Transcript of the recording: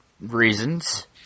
reasons